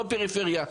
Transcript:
לא פריפריה.